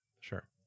Sure